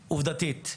עובדתית,